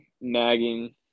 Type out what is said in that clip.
nagging